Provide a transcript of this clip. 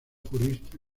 jurista